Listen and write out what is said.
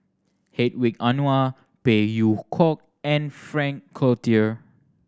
Hedwig Anuar Phey Yew Kok and Frank Cloutier